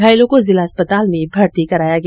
घायलों को जिला अस्पताल में भर्ती कराया गया